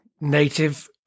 Native